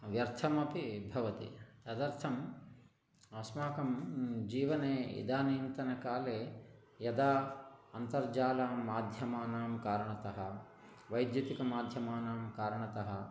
व्यर्थमपि भवति तदर्थम् अस्माकं म् जीवने इदानीन्तनकाले यदा अन्तर्जालमाध्यमानां करणतः वैद्यकीय माध्यमानां कारणतः